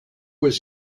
was